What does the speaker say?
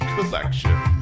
Collection